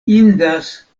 indas